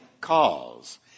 cause